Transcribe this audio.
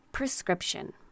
prescription